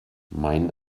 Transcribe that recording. mein